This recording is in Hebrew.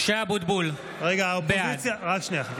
משה אבוטבול, בעד רק שנייה, חכה